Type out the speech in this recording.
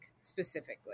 specifically